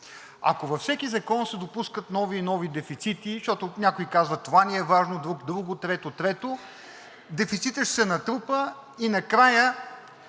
Ако във всеки закон се допускат нови и нови дефицити, защото някои казват – това ни е важно, друг друго, трети трето, дефицитът ще се натрупа и накрая